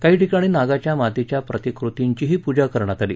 काही ठिकाणी नागाच्या मातीच्या प्रतिकृतींचीही पूजा करण्यात आली